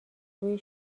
بوی